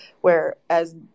whereas –